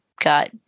got